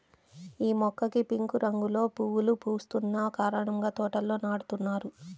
యీ మొక్కకి పింక్ రంగులో పువ్వులు పూస్తున్న కారణంగా తోటల్లో నాటుతున్నారు